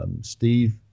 Steve